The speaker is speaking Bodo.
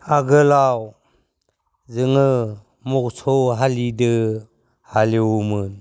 आगोलाव जोङो मोसौ हालिदो हालेवोमोन